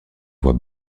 voir